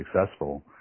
successful